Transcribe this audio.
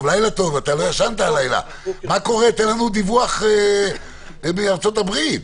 תן לנו דיווח מארצות הברית.